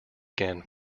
again